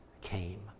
came